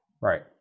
right